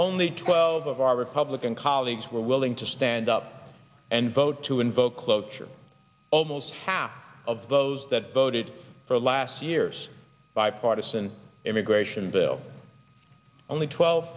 only twelve of our republican colleagues were willing to stand up and vote to invoke cloture almost half of those that voted for last year's bipartisan immigration bill only twelve